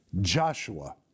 Joshua